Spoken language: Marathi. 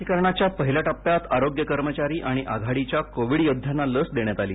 लसीकरणाच्या पहिल्या टप्प्यात आरोग्य कर्मचारी आणि आधाडीच्या कोविड योद्ध्यांना लस देण्यात आली